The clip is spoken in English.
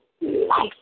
life